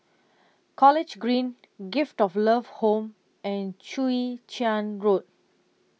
College Green Gift of Love Home and Chwee Chian Road